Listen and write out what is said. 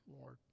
Lord